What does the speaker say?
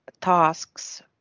tasks